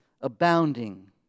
abounding